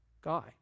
guy